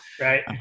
Right